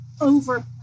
over